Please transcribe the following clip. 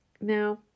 now